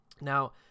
Now